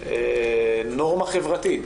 איזושהי נורמה חברתית,